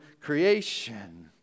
creation